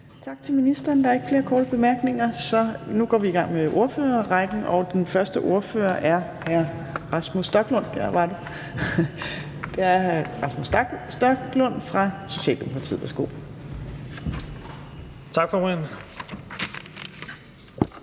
Tak til ministeren. Der er ikke flere korte bemærkninger, så nu går vi i gang med ordførerrækken, og den første ordfører er hr. Rasmus Stoklund fra Socialdemokratiet. Værsgo. Kl.